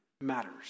matters